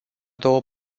două